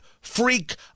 freak